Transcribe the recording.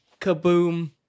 kaboom